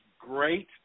great